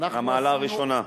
מהמעלה הראשונה.